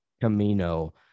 Camino